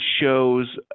shows